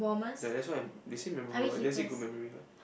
ya that's why they say memorable what didn't say good memory what